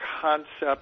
concept